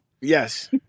Yes